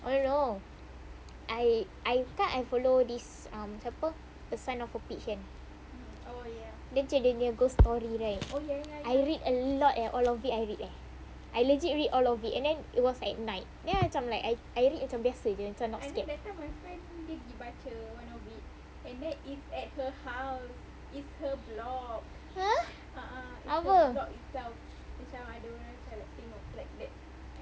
oh no I I thought I follow this ah siapa a son of a peach kan dia macam dia nya ghost story right I read a lot leh all of it I eh I legit read all of it and then it was at night then macam like I I read macam biasa jer not scared !huh! apa